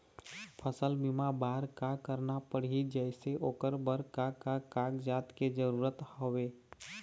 फसल बीमा बार का करना पड़ही जैसे ओकर बर का का कागजात के जरूरत हवे?